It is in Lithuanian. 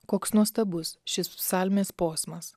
koks nuostabus šis psalmės posmas